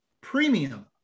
premium